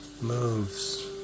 moves